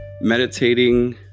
meditating